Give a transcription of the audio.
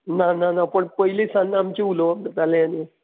ना ना ना पण पयलीं सान आमचें उलोवप जातालें तेन्ना